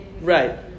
Right